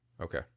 Okay